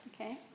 okay